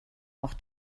auch